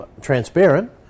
transparent